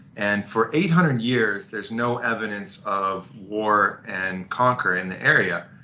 and for eight hundred years, there is no evidence of war and conquer in the area,